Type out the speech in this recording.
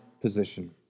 position